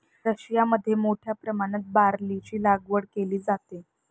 रशियामध्ये मोठ्या प्रमाणात बार्लीची लागवड केली जाते